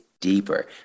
deeper